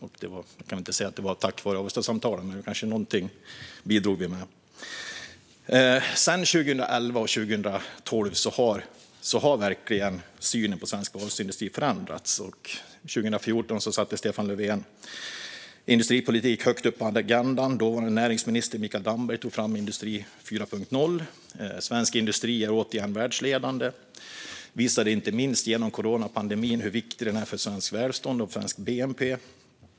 Jag kan väl inte säga att det var tack Avestasamtalen, men vi kanske bidrog med någonting. Sedan 2011 och 2012 har synen på svensk basindustri verkligen förändrats. År 2014 satte Stefan Löfven en ny industripolitik högt upp på agendan. Dåvarande näringsminister Mikael Damberg var med och tog fram Industri 4.0. Svensk industri är återigen världsledande och visade inte minst under coronapandemin hur viktig den är för svenskt välstånd och svensk bnp.